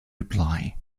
reply